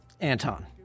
Anton